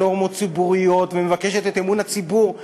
נורמות ציבוריות ומבקשת את אמון הציבור במעשיה.